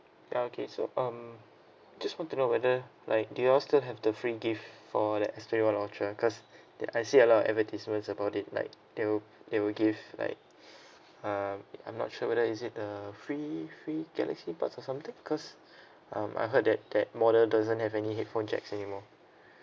okay so um just to know whether like do you all still have the free gift for that S twenty one ultra because that I see a lot of advertisements about it like they will they will give like um I'm not sure whether is it a free free galaxy buds or something because um I heard that that model doesn't have any headphone jacks anymore